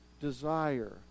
desire